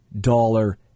dollar